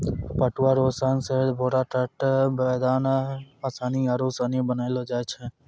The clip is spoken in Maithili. पटुआ रो सन से बोरा, टाट, पौदान, आसनी आरु सनी बनैलो जाय छै